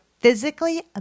Physically